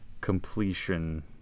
completion